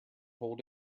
hold